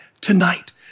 tonight